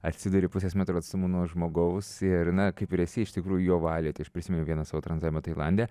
atsiduri pusės metro atstumu nuo žmogaus ir na kaip ir esi iš tikrųjų jo valioj tai aš prisiminiau vieną savo tranzavimą tailande